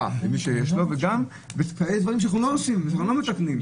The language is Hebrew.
שאנחנו לא מתקנים.